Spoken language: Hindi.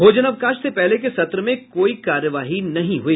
भोजनावकाश से पहले के सत्र में कोई कार्यवाही नहीं हुई